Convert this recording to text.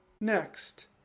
Next